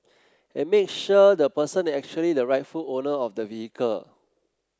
and make sure the person is actually the rightful owner of the vehicle